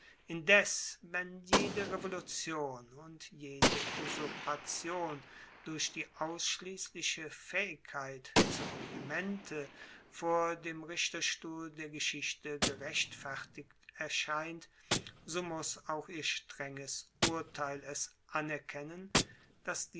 indes wenn jede revolution und jede usurpation durch die ausschliessliche faehigkeit zum regimente vor dem richterstuhl der geschichte gerechtfertigt erscheint so muss auch ihr strenges urteil es anerkennen dass